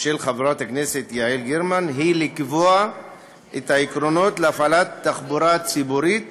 של חברת הכנסת יעל גרמן היא לקבוע את העקרונות להפעלת תחבורה ציבוריות